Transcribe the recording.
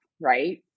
right